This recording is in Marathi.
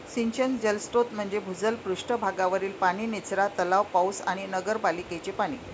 सिंचन जलस्रोत म्हणजे भूजल, पृष्ठ भागावरील पाणी, निचरा तलाव, पाऊस आणि नगरपालिकेचे पाणी